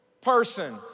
person